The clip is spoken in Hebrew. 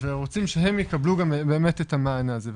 ורוצים שהם יקבלו באמת את המענה הזה.